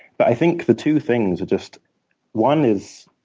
but i think the two things that just one is